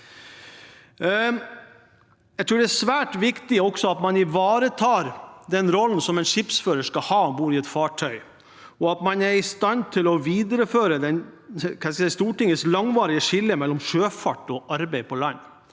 det er svært viktig at man ivaretar den rollen som en skipsfører skal ha om bord i et fartøy, og at man er i stand til å videreføre Stortingets langvarige skille mellom sjøfart og arbeid på land.